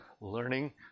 learning